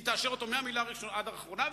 היא תאשר אותו מהמלה הראשונה עד המלה האחרונה,